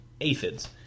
Aphids